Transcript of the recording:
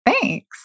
Thanks